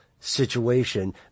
situation